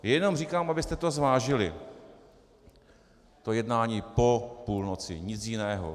Jenom říkám, abyste zvážili to jednání po půlnoci, nic jiného.